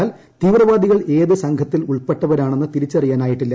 എന്നാൽ തീവ്രവാദികൾ ഏത് സംഘത്തിൽ ഉൾപ്പെട്ടവരാണെന്ന് തിരിച്ചറിയാനായിട്ടില്ല